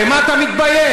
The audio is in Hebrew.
במה אתה מתבייש?